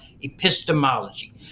epistemology